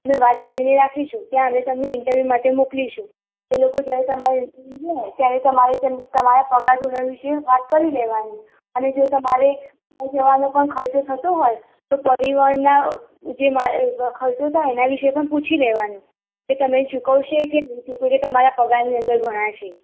અમે વાત કરી રાખીશું ત્યાં અમે તમને ઇન્ટરવ્યુ માટે મોકલીશું તમે લોકો જ્યારે તમારે બોલાવે ત્યારે તમારે તમારા પગાર ધોરણ વિશે વાત કરી લેવાની અને જો તમારે ત્યાં જવાનો પણ ખર્ચો થતો હોય તો પરિવહનના જે વા ખર્ચો થાય એના વિશે પણ પૂછી લેવાનું એ તમને ચૂકવશે કે નહીં ચૂકવે કે તમારા પગારની અંદર ગણાશે